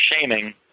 shaming